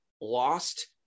lost